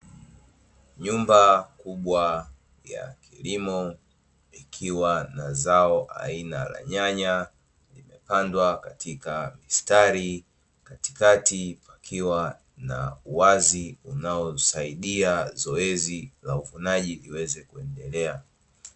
Nyumba kubwa ya kilimo ikiwa na zao aina la nyanya limepandwa katika mistari, katikati pakiwa na uwazi unaosaidia zoezi la uvunaji liweze kuendelea.